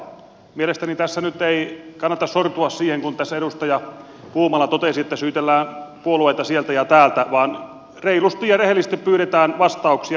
mielestäni tässä nyt ei kannata sortua siihen kun tässä edustaja puumala totesi että syytellään puolueita sieltä ja täältä vaan reilusti ja rehellisesti pyydetään vastauksia